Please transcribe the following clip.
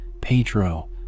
Pedro